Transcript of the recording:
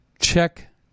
check